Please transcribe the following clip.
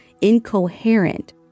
incoherent